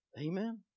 Amen